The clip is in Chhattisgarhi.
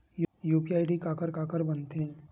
यू.पी.आई आई.डी काखर काखर बनथे?